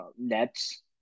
nets